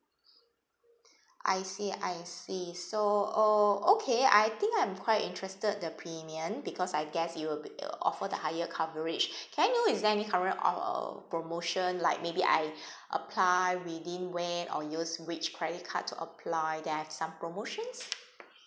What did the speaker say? I see I see so oh okay I think I'm quite interested the premium because I guess it'll be uh offer the higher coverage can I know is there any current uh promotion like maybe I apply within when or use which credit card to apply then I have some promotions